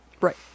Right